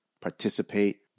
participate